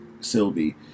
Sylvie